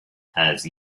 has